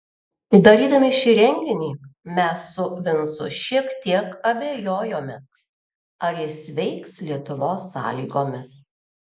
darydami šį įrenginį mes su vincu šiek tiek abejojome ar jis veiks lietuvos sąlygomis